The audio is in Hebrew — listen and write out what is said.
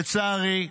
לצערי,